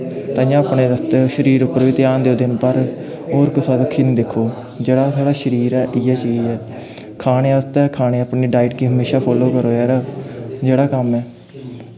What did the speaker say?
ताइयें आखदे एह्दे आस्तै शरीर उप्पर बी ध्यान दिंदे न पर होर किसै बक्खी निं दिक्खो जेह्ड़ा थुआढ़ा शरीर ऐ इ'यै चीज़ ऐ खाने आस्तै हमेशा खाने अपनी डाईट गी हमेशां फालो करो जेह्ड़ा कम्म